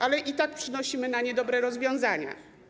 Ale i tak przynosimy na nie dobre rozwiązania.